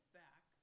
back